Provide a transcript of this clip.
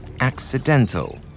accidental